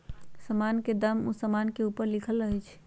समान के दाम उ समान के ऊपरे लिखल रहइ छै